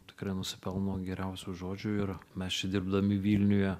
tikrai nusipelno geriausių žodžių ir mes čia dirbdami vilniuje